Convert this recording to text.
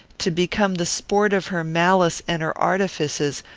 to become the sport of her malice and her artifices,